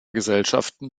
gesellschaften